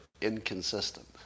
inconsistent